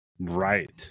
Right